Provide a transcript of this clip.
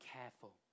careful